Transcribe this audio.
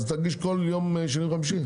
אז תגיש כל יום שני וחמישי?